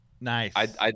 Nice